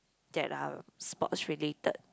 that are sports related